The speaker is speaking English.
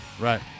Right